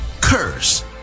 Curse